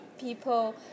people